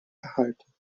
erhalten